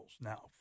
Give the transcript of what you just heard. now